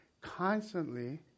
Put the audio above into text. constantly